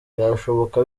byashoboka